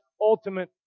ultimate